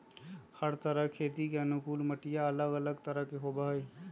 हर तरह खेती के अनुकूल मटिया अलग अलग तरह के होबा हई